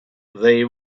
they